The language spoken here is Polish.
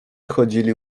chodzili